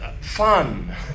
fun